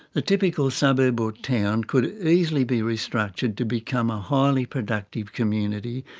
the typical suburb or town could easily be restructured to become a highly productive community,